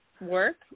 work